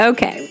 Okay